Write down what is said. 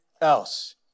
else